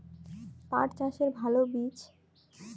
পাঠ চাষের ভালো বীজ?